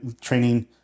training